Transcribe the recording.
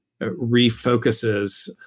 refocuses